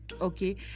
okay